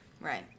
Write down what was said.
Right